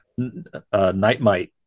Nightmite